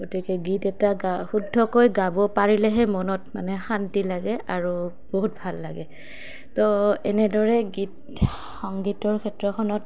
গতিকে গীত এটা গা শুদ্ধকৈ গাব পাৰিলেহে মনত মানে শান্তি লাগে আৰু বহুত ভাল লাগে তো এনেদৰে গীত সংগীতৰ ক্ষেত্ৰখনত